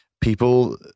people